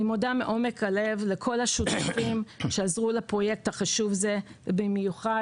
אני מודה מעומק הלב לכל השותפים שעזרו בהקמת הפרויקט החשוב הזה ובמיוחד,